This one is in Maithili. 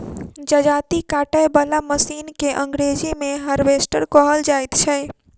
जजाती काटय बला मशीन के अंग्रेजी मे हार्वेस्टर कहल जाइत छै